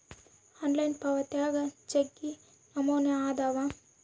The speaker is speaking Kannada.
ಆನ್ಲೈನ್ ಪಾವಾತ್ಯಾಗ ಜಗ್ಗಿ ನಮೂನೆ ಅದಾವ